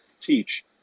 teach